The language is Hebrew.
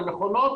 הן מכונות